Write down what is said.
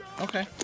Okay